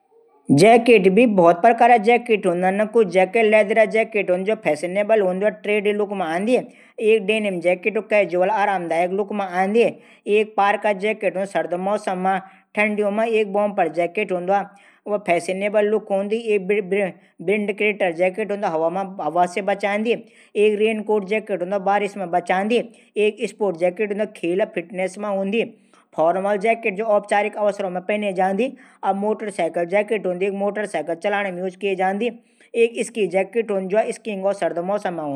जैकेट भी बहुत प्रकार कुछ जैकेट लैदर हूदन जू फैसेनेबल हूदी। एक जू डेनिम जैकेट कैजुअल लुक आरामदायक हूंदी। एक पारका जैकेट सर्द मौसम मा काम आंदी ।बोंफर जैकेट सर्द मौसम मा काम आंदी। फैशनेबल लुक हूंदी। एक विडकेटर जैकेट हवा से बचांदी। एक रेनकोट जेकेट हूदी जू बरखा से बचांदी। एक स्पोर्ट्स जैकेट हूदी व खेल वा फिटनेस मा काम आंदी। फोरमल जेकेट औपचारिक अवसरों मा पहने जांदी। एक मोटर साइकिलिंग जैकेट हूदी जू मोटर साइकिल चलाण मा पहने जांदी।